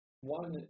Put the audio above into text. one